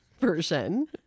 version